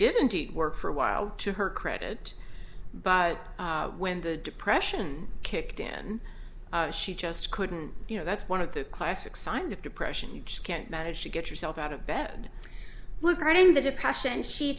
didn't work for a while to her credit but when the depression kicked in she just couldn't you know that's one of the classic signs of depression you just can't manage to get yourself out of bed with her name the depression she